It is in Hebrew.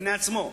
בפני עצמו,